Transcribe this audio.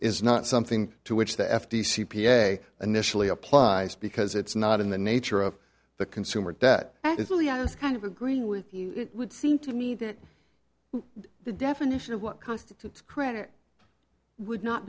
is not something to which the f t c p a initially applies because it's not in the nature of the consumer debt that italy has kind of agree with you it would seem to me that the definition of what constitutes credit would not